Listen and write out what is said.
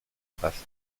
paz